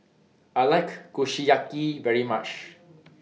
I like Kushiyaki very much